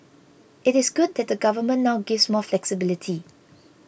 it is good that the Government now gives more flexibility